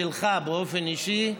שלך באופן אישי.